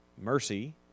Mercy